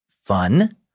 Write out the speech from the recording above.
Fun